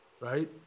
right